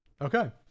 Okay